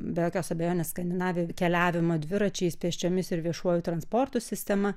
be jokios abejonės skandinavijoj keliavimo dviračiais pėsčiomis ir viešuoju transportu sistema